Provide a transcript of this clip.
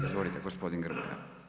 Izvolite gospodin Grmoja.